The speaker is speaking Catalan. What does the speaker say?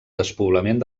despoblament